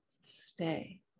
Stay